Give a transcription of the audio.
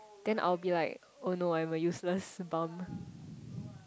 then I'll be like oh no I'm a useless bump